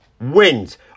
Wins